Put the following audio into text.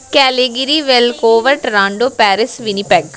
Calgary Vancouver Toronto Paris Winnipeg